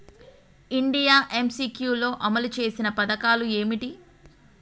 India M C Q లో అమలు చేసిన పథకాలు ఏమిటి?